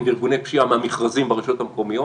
וארגוני פשיעה מהמכרזים ברשויות המקומיות.